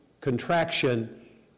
contraction